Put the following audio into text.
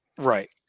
Right